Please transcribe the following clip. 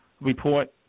Report